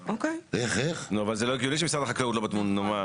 נו, אבל זה לא הגיוני שמשרד החקלאות לא בתמונה.